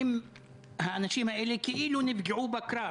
אם האנשים האלה היו נפגעים בקרב,